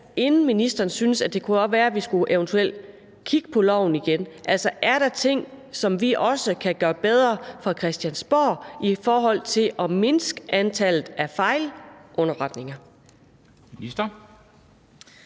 før ministeren synes, at det også kunne være, vi eventuelt skulle kigge på loven igen? Altså, er der ting, som vi også kan gøre bedre fra Christiansborg i forhold til at mindske antallet af fejlunderretninger?